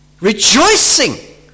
Rejoicing